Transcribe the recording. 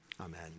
amen